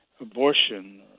abortion